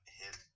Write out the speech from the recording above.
hit